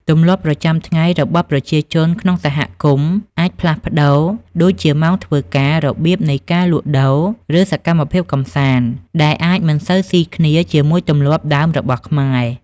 ទម្លាប់ប្រចាំថ្ងៃរបស់ប្រជាជនក្នុងសហគមន៍អាចផ្លាស់ប្តូរ ដូចជាម៉ោងធ្វើការ របៀបនៃការលក់ដូរ ឬសកម្មភាពកម្សាន្ត ដែលអាចមិនសូវស៊ីគ្នាជាមួយទម្លាប់ដើមរបស់ខ្មែរ។